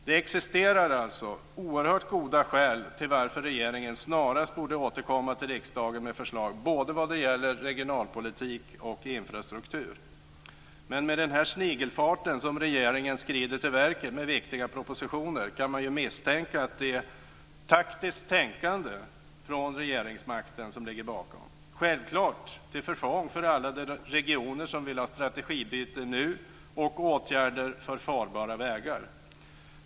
Det existerar alltså oerhört goda skäl till varför regeringen snarast borde återkomma till riksdagen med förslag både vad gäller regionalpolitik och infrastruktur. Men med den snigelfart som regeringen skrider till verket med viktiga propositioner kan man misstänka att det är taktiskt tänkande från regeringsmakten som ligger bakom. Det är självklart till förfång för alla regioner som vill ha strategibyte nu och åtgärder för farbara vägar.